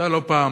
אתה לא פעם,